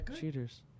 cheaters